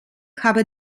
habe